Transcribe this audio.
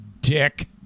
dick